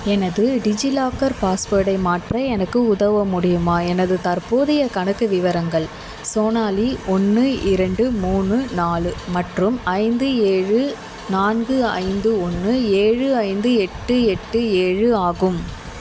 எனது டிஜிலாக்கர் பாஸ்வேர்டை மாற்ற எனக்கு உதவ முடியுமா எனது தற்போதைய கணக்கு விவரங்கள் சோனாலி ஒன்று இரண்டு மூணு நாலு மற்றும் ஐந்து ஏழு நான்கு ஐந்து ஒன்று ஏழு ஐந்து எட்டு எட்டு ஏழு ஆகும்